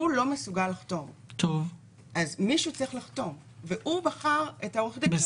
אותו גורם מטפל יפנה למיופה כוח העתידי לפני שמיופה הכוח העתידי,